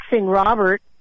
Robert